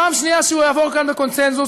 פעם שנייה שהוא יעבור כאן בקונסנזוס,